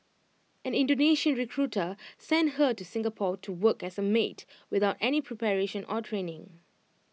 an Indonesian recruiter sent her to Singapore to work as A maid without any preparation or training